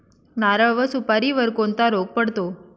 नारळ व सुपारीवर कोणता रोग पडतो?